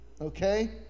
Okay